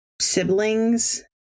siblings